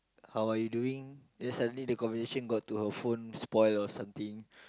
how are you doing then suddenly the conversation got to her phone spoil or something